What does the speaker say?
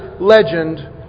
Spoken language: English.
legend